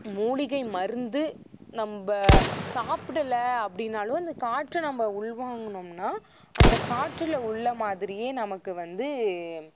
மூலிகை மருந்து நம்ம சாப்பிடல அப்படினாலும் அந்த காற்றை நம்ம உள் வாங்கினோம்னா அந்த காற்றில் உள்ள மாதிரியே நமக்கு வந்து